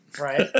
right